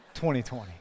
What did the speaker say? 2020